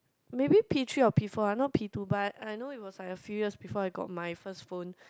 maybe P three or P four ah not P two but I I know it was like a few years before I got my first phone